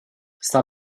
sta